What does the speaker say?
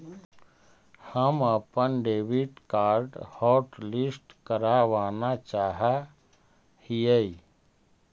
हम अपन debit card hotlist करावाना चाहा हियई